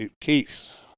Keith